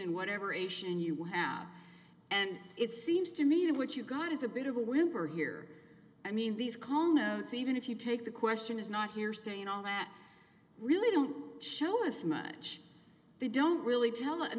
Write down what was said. and whatever ation you have and it seems to me that what you've got is a bit of a whimper here i mean these call notes even if you take the question is not here saying all that really don't show us much they don't really tell and